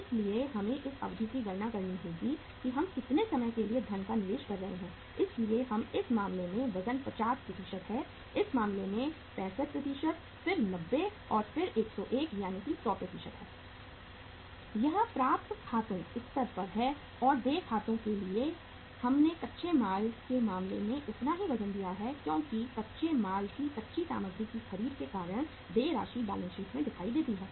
इसलिए हमें उस अवधि की गणना करनी होगी कि हम कितने समय के लिए धन का निवेश कर रहे हैं इसलिए हम इस मामले में वजन 50 है इस मामले में 65 फिर 90 और फिर 101 यानी 100 है यह प्राप्त खातों स्तर पर है और देय खातों के लिए हमने कच्चे माल के मामले में उतना ही वजन दिया है क्योंकि कच्चे माल की कच्ची सामग्री की खरीद के कारण देय राशि बैलेंस शीट में दिखाई देती है